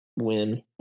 win